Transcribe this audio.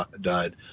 died